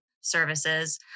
services